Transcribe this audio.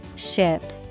Ship